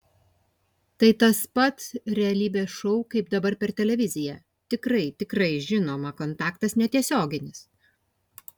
tai tas pat realybės šou kaip dabar per televiziją tikrai tikrai žinoma kontaktas netiesioginis